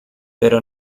pero